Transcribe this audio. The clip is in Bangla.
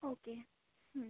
ওকে হুম